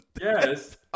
Yes